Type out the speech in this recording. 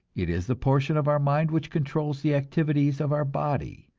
it is the portion of our mind which controls the activities of our body,